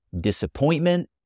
disappointment